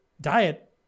diet